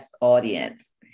audience